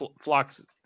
flocks